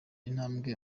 intambwe